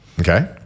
Okay